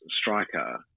striker